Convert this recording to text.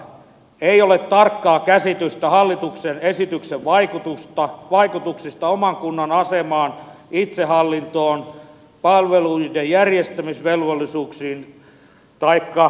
ei ole tarkkaa käsitystä hallituksen esityksen vaikutuksista oman kunnan asemaan itsehallintoon palveluiden järjestämisvelvollisuuksiin taikka rahoituksiin